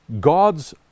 God's